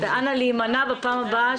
ואנא להימנע בפעם הבאה.